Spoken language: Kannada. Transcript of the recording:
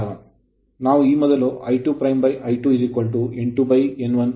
ನಾವು ಈ ಮೊದಲು I2 I2N2N1 ನ್ನು ನೋಡಿದ್ದೇವೆ